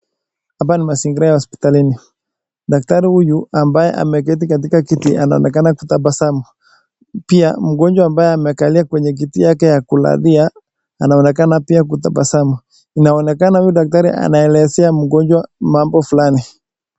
Hapa ni mazingira ya hospitalini, daktari huyu ambaye ameketi katika kiti anaonekana kutabasamu pia mgonjwa ambaye amekalia kwenye kiti yake ya kulalia anaonekana pia kutabasamu, inaonekana huyu daktari anaelezea mgonjwa mambo fulani.